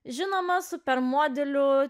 žinoma super modeliu